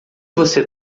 você